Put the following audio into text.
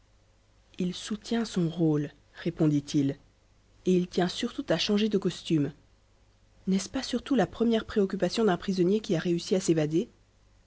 il soutient son rôle répondit-il et il tient surtout à changer de costume n'est-ce pas surtout la première préoccupation d'un prisonnier qui a réussi à s'évader